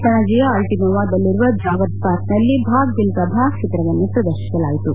ಪಣಜಿಯ ಆಲ್ಟಿನ್ದೊದಲ್ಲಿರುವ ಜಾಗರ್ಸ್ ಪಾರ್ಕ್ನಲ್ಲಿ ಭಾಗ್ ಮಿಲ್ಕಾ ಭಾಗ್ ಚಿತ್ರವನ್ನು ಪ್ರದರ್ಶಿಸಲಾಯಿತು